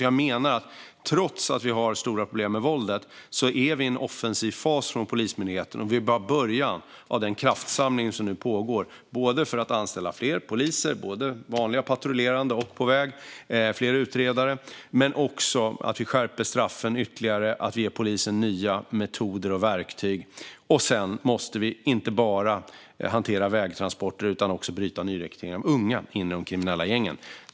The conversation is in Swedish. Jag menar alltså att vi, trots att vi har stora problem med våldet, är i en offensiv fas från Polismyndigheten. Och vi är bara i början av den kraftsamling som nu pågår för att anställa fler poliser - vanliga patrullerande poliser, poliser på väg och fler utredare - och genom att skärpa straffen ytterligare och ge polisen nya metoder och verktyg. Sedan måste vi inte bara hantera vägtransporter utan också bryta nyrekryteringen av unga in i de kriminella gängen.